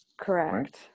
Correct